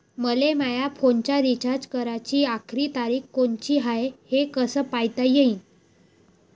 मले माया फोनचा रिचार्ज कराची आखरी तारीख कोनची हाय, हे कस पायता येईन?